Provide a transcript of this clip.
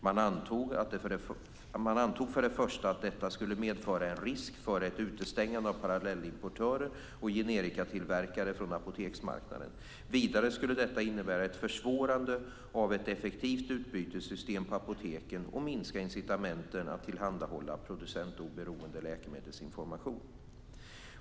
Man antog för det första att detta skulle medföra en risk för ett utestängande av parallellimportörer och generikatillverkare från apoteksmarknaden. Vidare skulle detta innebära ett försvårande av ett effektivt utbytessystem på apoteken och minska incitamenten att tillhandahålla producentoberoende läkemedelsinformation.